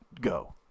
Go